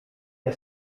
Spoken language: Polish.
nie